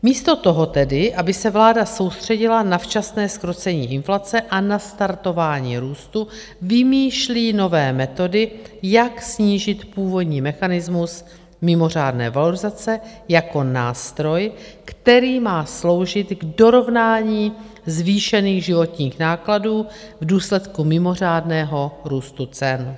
Místo toho tedy, aby se vláda soustředila na včasné zkrocení inflace a nastartování růstu, vymýšlí nové metody, jak snížit původní mechanismus mimořádné valorizace jako nástroj, který má sloužit k dorovnání zvýšených životních nákladů v důsledku mimořádného růstu cen.